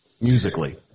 musically